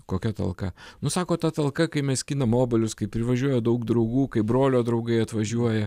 kokia talka nu sako ta talka kai mes skinam obuolius kai privažiuoja daug draugų kai brolio draugai atvažiuoja